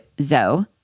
ZOE